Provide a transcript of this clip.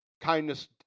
kindness